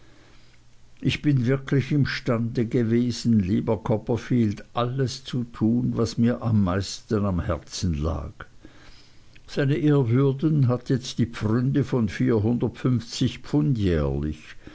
ich bin wirklich imstande gewesen lieber copperfield alles zu tun was mir am meisten am herzen lag seine ehrwürden hat jetzt die pfründe von vierhundertfünfzig pfund jährlich